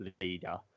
leader